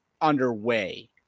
underway